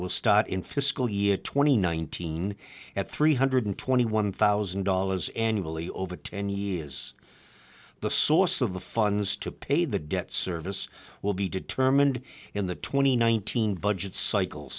start in fiscal year twenty nineteen at three hundred twenty one thousand dollars annually over ten years the source of the funds to pay the debt service will be determined in the twenty one thousand budget cycle